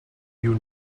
you